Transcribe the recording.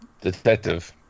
Detective